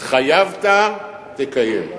התחייבת, תקיים.